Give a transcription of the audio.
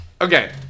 Okay